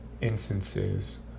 instances